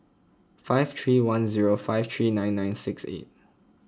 five three one zero five three nine nine six eight